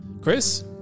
Chris